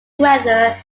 whether